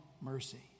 mercy